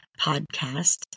podcast